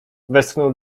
westchnął